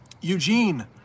Eugene